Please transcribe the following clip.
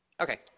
Okay